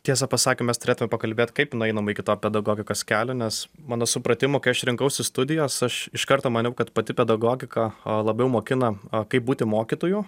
tiesa pasakę mes turėtume pakalbėt kaip nueinama iki to pedagogikos kelio nes mano supratimu kai aš rinkausi studijas aš iš karto maniau kad pati pedagogika a labiau mokina a kaip būti mokytoju